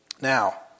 Now